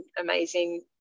amazing